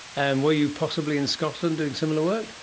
and were you possibly in scotland doing similar work?